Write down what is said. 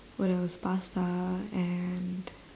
what else pasta and